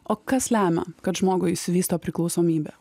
o kas lemia kad žmogui išsivysto priklausomybė